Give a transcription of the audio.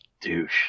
Douche